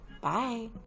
Bye